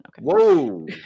Whoa